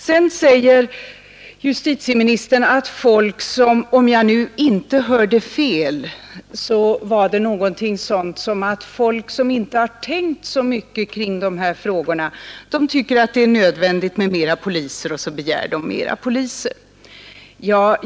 Om jag inte hörde fel, sade justitieministern vidare ungefär så att folk som inte har tänkt så mycket kring dessa frågor tycker att det är nödvändigt med mera poliser och därför begär fler sådana.